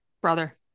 Brother